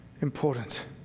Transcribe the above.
important